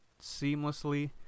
seamlessly